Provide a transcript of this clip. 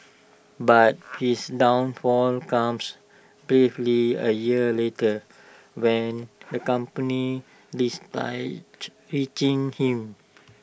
but his downfall comes barely A year later when the company retrenched him